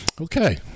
Okay